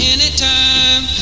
Anytime